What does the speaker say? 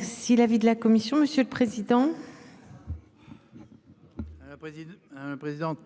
si l'avis de la commission, monsieur le président. Président hein présidente